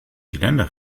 geländer